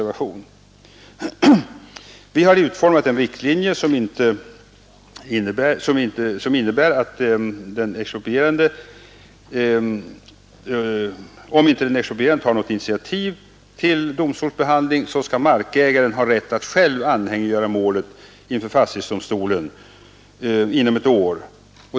Vi har utformat en riktlinje som innebär att markägaren skall ha rätt, om inte den exproprierande tar något initiativ till domstolsbehandling, att själv anhängiggöra målet inför fastighetsdomstolen inom ett år.